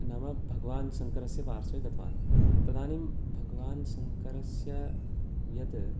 नाम भगवान् शङ्करस्य पार्श्वे गतवान् तदानीम् भगवान् शङ्करस्य यत्